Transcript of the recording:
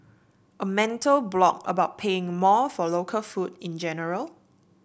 a mental block about paying more for local food in general